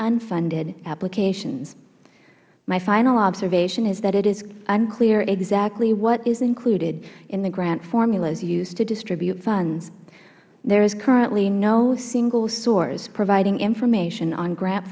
unfunded applications my final observation is that it is unclear exactly what is included in the grant formulas used to distribute funds there is currently no single source providing information on gra